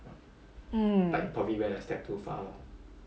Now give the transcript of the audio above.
mm